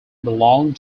belong